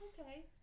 Okay